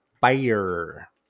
Fire